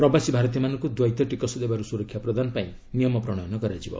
ପ୍ରବାସୀ ଭାରତୀମାନଙ୍କୁ ଦ୍ୱୈତ ଟିକସ ଦେବାରୁ ସୁରକ୍ଷା ପ୍ରଦାନପାଇଁ ନିୟମ ପ୍ରଶୟନ କରାଯିବ